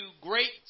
great